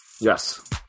Yes